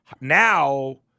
now